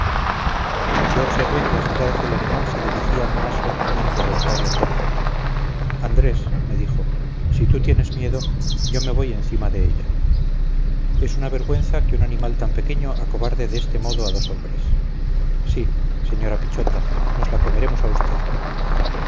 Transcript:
yo observé que las miradas del animal se dirigían más rectamente a d pablo que a mí andrés me dijo si tú tienes miedo yo me voy encima de ella es una vergüenza que un animal tan pequeño acobarde de este modo a dos hombres sí señora pichota nos la comeremos a usted